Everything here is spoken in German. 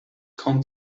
kaum